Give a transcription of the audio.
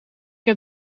heb